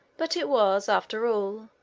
but it was, after all,